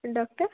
doctor